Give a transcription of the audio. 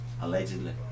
Allegedly